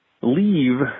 leave